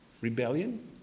Rebellion